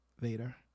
Vader